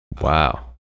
Wow